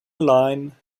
lion